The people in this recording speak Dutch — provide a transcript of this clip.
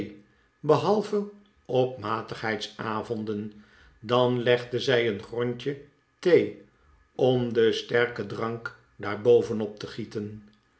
behalve op matigheidsavonden dan legde zij een grondje thee om den sterken drank daar boven op te gieten